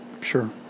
sure